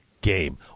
game